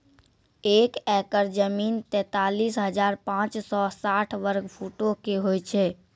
एक एकड़ जमीन, तैंतालीस हजार पांच सौ साठ वर्ग फुटो के होय छै